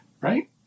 right